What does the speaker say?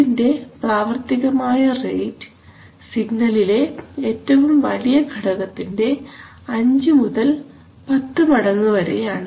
ഇതിന്റെ പ്രാവർത്തികമായ റേറ്റ് സിഗ്നലിലെ ഏറ്റവും വലിയ ഘടകത്തിന്റെ 5 മുതൽ 10 മടങ്ങു വരെയാണ്